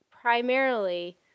primarily